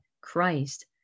Christ